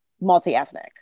multi-ethnic